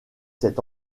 cet